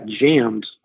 jammed